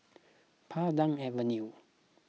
Pandan Avenue